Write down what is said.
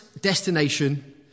destination